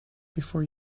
before